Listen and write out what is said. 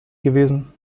gewesen